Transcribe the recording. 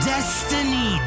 Destiny